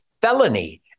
felony